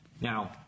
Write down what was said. Now